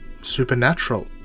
Supernatural